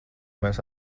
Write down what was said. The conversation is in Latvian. mēs